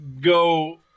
go